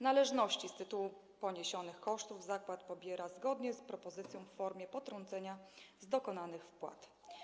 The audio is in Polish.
Należności z tytułu poniesionych kosztów zakład pobiera zgodnie z propozycją w formie potrącenia z dokonanych wpłat.